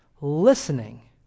listening